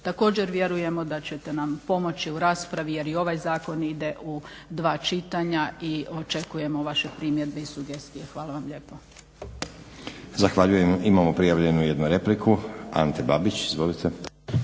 Također vjerujemo da ćete nam pomoći u raspravi jer i ovaj zakon ide u dva čitanja i očekujemo vaše primjedbe i sugestije. Hvala vam lijepo. **Stazić, Nenad (SDP)** Zahvaljujem. Imamo prijavljenu jednu repliku, Ante Babić. Izvolite.